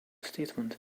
statement